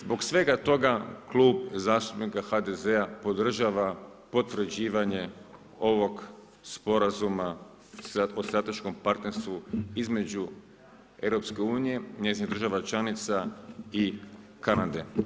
Zbog svega toga Klub zastupnika HDZ-a podržava potvrđivanje ovog Sporazuma o strateškom partnerstvu između EU, njezinih država članica i Kanade.